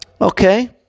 Okay